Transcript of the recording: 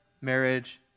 marriage